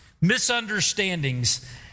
Misunderstandings